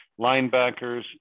linebackers